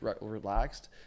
relaxed